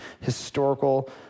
historical